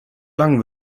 langem